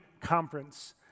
Conference